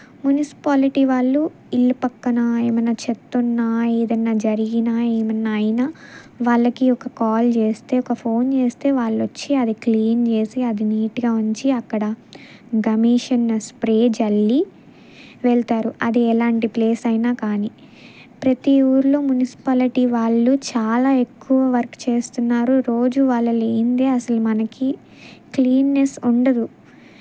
municipality వాళ్ళు ఇల్లు పక్కన ఏమైనా చేత్తున్నా ఏదైనా జరిగినా ఏమైనా అయినా వాళ్ళకి ఒక కాల్ చేస్తే ఒక ఫోన్ చేస్తే వాళ్ళోచ్చి అది క్లీన్ చేసి అది నీట్గా ఉంచి అక్కడ గమాగ్జిన్ స్ప్రే జల్లి వెళ్తారు అది ఎలాంటి ప్లేస్ అయినా కానీ ప్రతి ఊర్లో మునిసిపాలిటీ వాళ్ళు చాలా ఎక్కువ వర్క్ చేస్తున్నారు రోజు వాళ్ళు లేనిదే అసలు మనకి క్లీన్లినెస్ ఉండదు